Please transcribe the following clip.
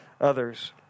others